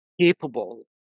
capable